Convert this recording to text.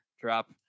drop